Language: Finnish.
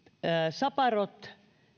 saparot